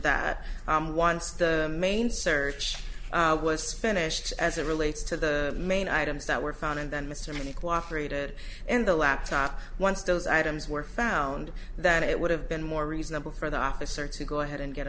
that once the main search was finished as it relates to the main items that were found and then mr money cooperated in the laptop once those items were found that it would have been more reasonable for the officer to go ahead and get